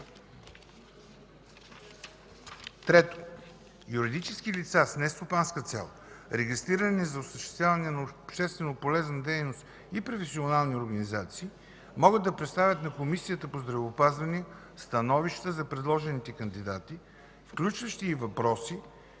3. Юридически лица с нестопанска цел, регистрирани за осъществяване на общественополезна дейност, и професионални организации могат да представят на Комисията по здравеопазването становища за предложените кандидати, включващи и въпроси,